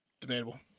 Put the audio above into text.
Debatable